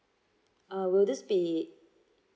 uh will this be